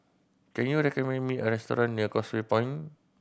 can you recommend me a restaurant near Causeway Point